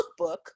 lookbook